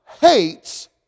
hates